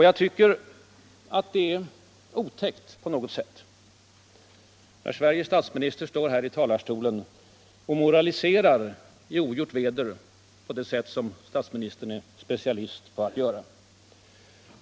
Jag tycker att det på något sätt är otäckt när Sveriges statsminister står i talarstolen och moraliserar i ogjort väder på det sätt statsministern är specialist på att göra.